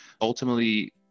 ultimately